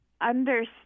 understand